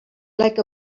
like